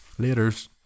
Laters